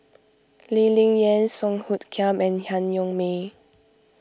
Lee Ling Yen Song Hoot Kiam and Han Yong May